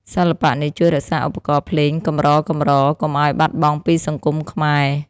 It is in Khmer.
សិល្បៈនេះជួយរក្សាឧបករណ៍ភ្លេងកម្រៗ កុំឱ្យបាត់បង់ពីសង្គមខ្មែរ។